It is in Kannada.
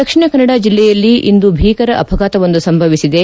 ದಕ್ಷಿಣ ಕನ್ನಡ ಜಿಲ್ಲೆಯಲ್ಲಿ ಇಂದು ಭೀಕರ ಅಪಘಾತವೊಂದು ಸಂಭವಿಸಿದೆ